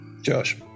Josh